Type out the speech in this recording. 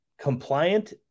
compliant